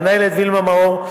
המנהלת וילמה מאור,